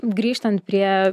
grįžtant prie